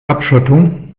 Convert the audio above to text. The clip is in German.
abschottung